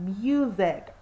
music